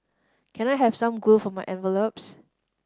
can I have some glue for my envelopes